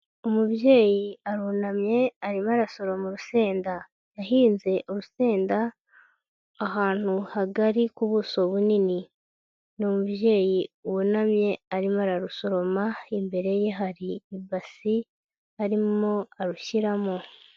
Umubyeyi arunamye arimo arasoroma urusenda. Yahinze urusenda ahantu hagari ku buso bunini. Ni umubyeyi wunamye arimo ararusoroma, imbere ye hari ibasi arimo arushyiramo.